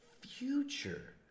future